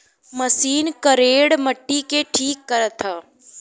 machine करेड़ मट्टी के ठीक करत हौ